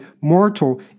Mortal